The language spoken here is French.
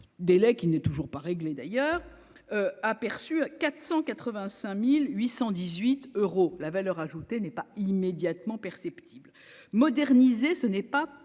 délai qui n'est toujours pas réglé d'ailleurs aperçu à 485818 euros, la valeur ajoutée n'est pas immédiatement perceptible moderniser ce n'est pas paupériser